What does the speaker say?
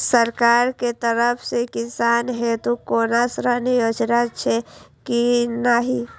सरकार के तरफ से किसान हेतू कोना ऋण योजना छै कि नहिं?